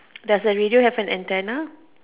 does the radio have an antenna